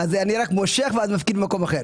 אז אני רק מושך ואז מפקיד במקום אחר.